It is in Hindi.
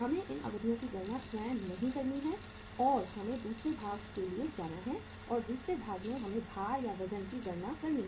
हमें इन अवधियों की गणना स्वयं नहीं करनी है और हमें दूसरे भाग के लिए जाना है और दूसरे भाग में हमें भार या वज़न की गणना करनी है